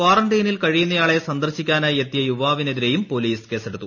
കാറന്റൈനിൽ കഴിയുന്നയാളെ സന്ദർശിക്കാനായി എത്തിയ യുവാവിനെതിരെയും പൊലീസ് കേസെടുത്തു